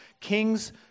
Kings